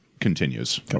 Continues